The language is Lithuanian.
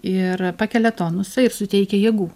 ir pakelia tonusą ir suteikia jėgų